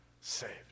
saved